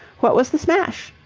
what was the smash?